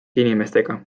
inimestega